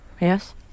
Yes